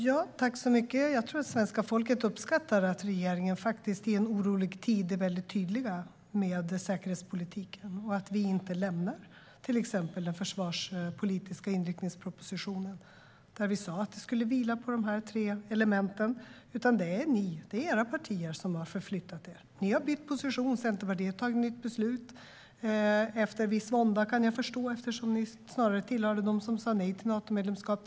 Fru talman! Jag tror att svenska folket uppskattar att regeringen i en orolig tid är väldigt tydlig med säkerhetspolitiken och att vi inte lämnar till exempel den försvarspolitiska inriktningspropositionen, där vi sa att det skulle vila på de här tre elementen. Det är era partier som har förflyttat er. Ni har bytt position. Centerpartiet har tagit ett nytt beslut - efter viss vånda kan jag förstå, eftersom ni tidigare snarare tillhörde dem som sa nej till Natomedlemskap.